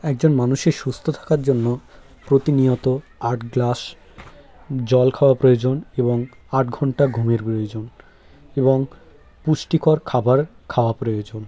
একজন মানুষের সুস্থ থাকার জন্য প্রতিনিয়ত আট গ্লাস জল খাওয়া প্রয়োজন এবং আট ঘন্টা ঘুমের প্রয়োজন এবং পুষ্টিকর খাবার খাওয়া প্রয়োজন